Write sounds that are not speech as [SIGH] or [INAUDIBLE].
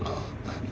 [LAUGHS]